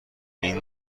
این